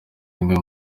imwe